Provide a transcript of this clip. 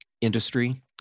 industry